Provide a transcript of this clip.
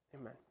amen